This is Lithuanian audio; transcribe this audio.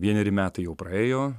vieneri metai jau praėjo